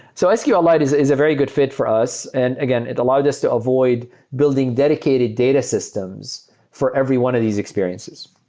so sqlite is is a very good fit for us. and again, it allowed us to avoid building dedicated data systems for every one of these experiences.